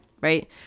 right